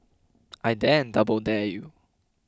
I dare double dare you